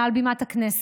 מעל בימת הכנסת,